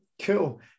Cool